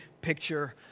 picture